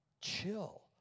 chill